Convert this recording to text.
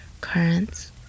currants